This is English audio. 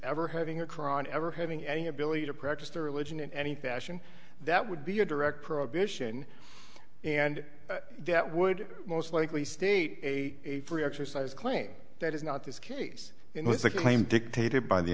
ever having a cron ever having any ability to practice their religion in any fashion that would be a direct prohibition and that would most likely state a free exercise claim that is not this case in which the claim dictated by the